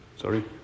sorry